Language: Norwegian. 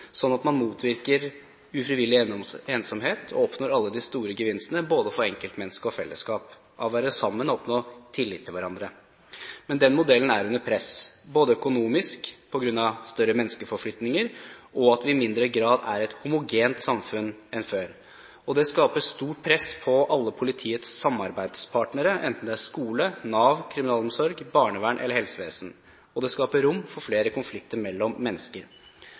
at man motvirker ufrivillig ensomhet og oppnår alle de store gevinstene – både for enkeltmennesket og fellesskapet – av å være sammen og oppnå tillit til hverandre. Men den modellen er under press, både økonomisk, på grunn av større menneskeforflytninger og fordi vi i mindre grad enn før er et homogent samfunn. Det skaper stort press på alle politiets samarbeidspartnere – enten det er skole, Nav, kriminalomsorg, barnevern eller helsevesen – og det skaper rom for flere konflikter mellom mennesker.